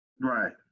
Right